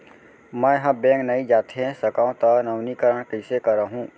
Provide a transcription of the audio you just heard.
मैं ह बैंक नई जाथे सकंव त नवीनीकरण कइसे करवाहू?